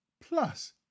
plus